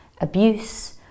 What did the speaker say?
abuse